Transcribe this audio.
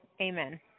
amen